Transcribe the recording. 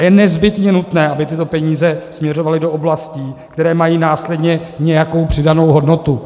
A je nezbytně nutné, aby tyto peníze směřovaly do oblastí, které mají následně nějakou přidanou hodnotu.